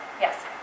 yes